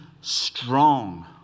strong